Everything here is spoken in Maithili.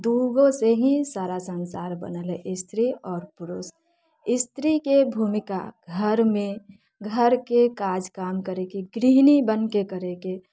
दूगो से ही सारा सन्सार बनल हय स्त्री आओर पुरुष स्त्रीके भूमिका घरमे घरके काज काम करिके गृहणी बनके करैके